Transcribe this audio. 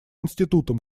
институтом